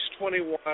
21